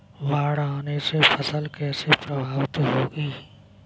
बाढ़ आने से फसल कैसे प्रभावित होगी?